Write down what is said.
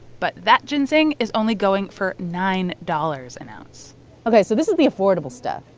but that ginseng is only going for nine dollars an ounce ok. so this is the affordable stuff.